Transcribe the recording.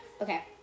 Okay